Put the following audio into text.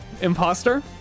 imposter